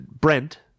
Brent